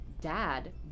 dad